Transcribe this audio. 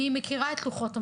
אני מכירה את איכות המזון,